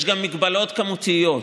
יש גם מגבלות כמותיות,